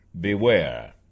Beware